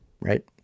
right